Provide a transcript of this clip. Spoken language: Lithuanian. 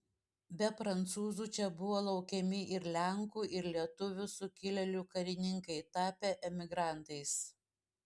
be prancūzų čia buvo laukiami ir lenkų ir lietuvių sukilėlių karininkai tapę emigrantais